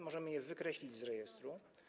Możemy je wykreślić z rejestru.